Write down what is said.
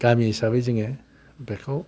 गामि हिसाबै जोङो बेखौ